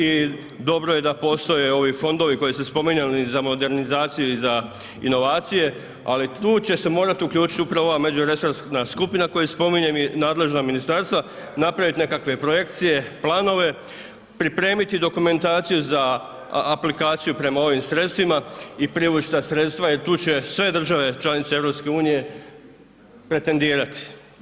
I dobro je da postoje ovi fondovi koje ste spominjali za modernizaciju i inovacije, ali tu će se morati uključiti upravo ova međuresorna skupina koju spominjem i nadležna ministarstva, napraviti nekakve projekcije, planove, pripremiti dokumentaciju za aplikaciju prema ovim sredstvima i privuć ta sredstva jer tu će sve države članice EU pretendirati.